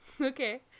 Okay